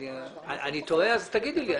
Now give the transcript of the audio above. אם אני טועה, תגידו לי.